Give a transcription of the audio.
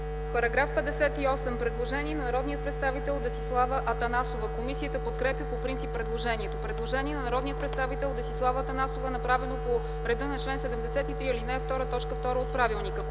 Има предложение на народния представител Десислава Атанасова за § 102. Комисията подкрепя по принцип предложението. Предложение на народния представител Десислава Атанасова, направено по реда на чл. 73, ал. 2, т. 2 от правилника.